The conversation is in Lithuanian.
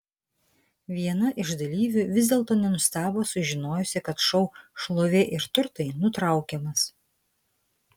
viena iš dalyvių vis dėlto nenustebo sužinojusi kad šou šlovė ir turtai nutraukiamas